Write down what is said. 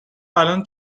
الان